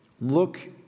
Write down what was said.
look